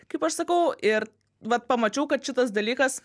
kaip aš sakau ir vat pamačiau kad šitas dalykas